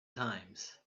times